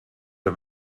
der